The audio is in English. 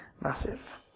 Massive